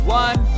one